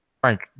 Frank